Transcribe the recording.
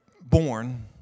born